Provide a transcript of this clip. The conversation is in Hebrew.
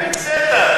בפינצטה.